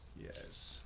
Yes